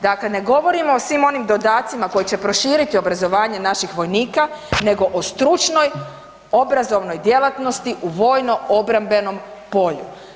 Dakle, ne govorimo o svim onim dodacima koji će proširiti obrazovanje naših vojnika nego o stručnoj, obrazovnoj djelatnosti u vojno-obrambenom polju.